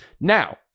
Now